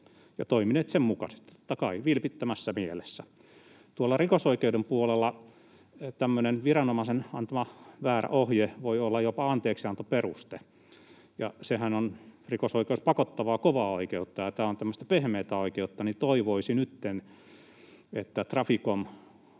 ja toimineet sen mukaisesti — totta kai, vilpittömässä mielessä. Rikosoikeuden puolella tämmöinen viranomaisen antama väärä ohje voi olla jopa anteeksiantoperuste, ja kun rikosoikeushan on pakottavaa, kovaa oikeutta ja tämä on tämmöistä pehmeää oikeutta, niin toivoisi nytten, että Traficom